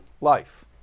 life